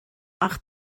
ach